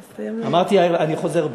אמרתי, אני חוזר בי.